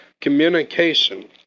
communication